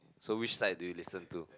so which side do you listen to